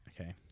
okay